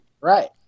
Right